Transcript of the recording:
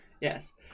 Yes